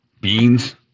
beans